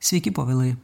sveiki povilai